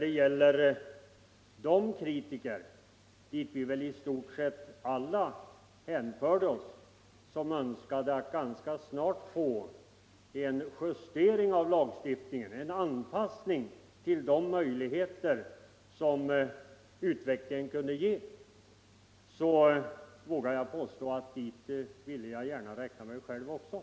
Till de kritiker som önskade att ganska snart få en justering Nr 78 av lagstiftningen och en anpassning av den till de möjligheter som ut Tisdagen den vecklingen kunde ge vågar jag påstå att vi väl i stort sett alla vill hänföra 13 maj 1975 oss — jag vill gärna räkna mig själv till dem.